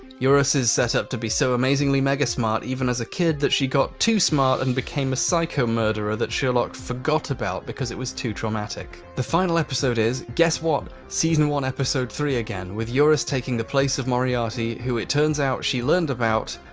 eurus is set up to be so amazingly mega smart even as a kid that she got too smart and became a psycho murderer that sherlock forgot about because it was too traumatic. the final episode is, guess what? season one episode three again, with eurus taking the place of moriarty, who it turns out she learned about.